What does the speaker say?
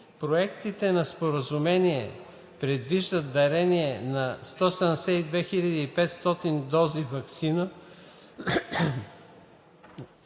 Проектите на споразумения предвиждат дарение на 172 500 дози ваксина